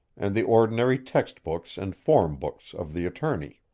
and the ordinary text-books and form-books of the attorney.